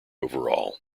overall